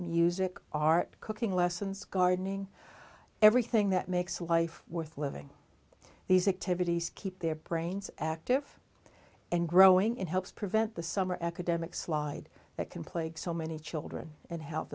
music art cooking lessons gardening everything that makes life worth living these activities keep their brains active and growing it helps prevent the summer academic slide that can plagues so many children and help